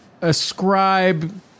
ascribe